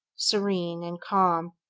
serene, and calm.